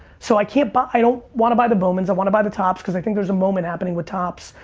so i can't buy, i don't wanna buy the bowmans, i wanna buy the topps cause i think there's a moment happening with topps,